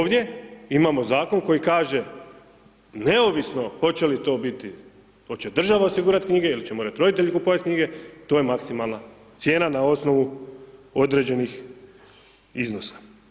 Ovdje imamo zakon koji kaže, neovisno hoće li to biti, hoće država osigurati knjige ili će morati roditelji kupovati knjige, to je maksimalna cijena na osnovu određenih iznosa.